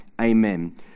amen